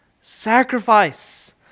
sacrifice